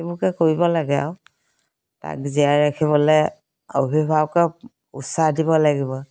সেইবোৰকে কৰিব লাগে আৰু তাক জীয়াই ৰাখিবলৈ অভিভাৱকক উৎসাহ দিব লাগিব